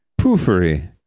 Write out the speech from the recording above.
poofery